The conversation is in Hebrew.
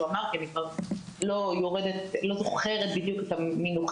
אמר כי אני כבר לא זוכרת בדיוק את המינוחים,